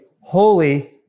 holy